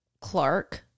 clark